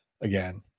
again